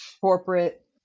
corporate